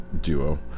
duo